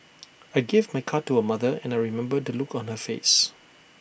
I gave my card to her mother and I remember the look on her face